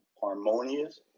harmonious